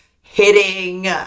hitting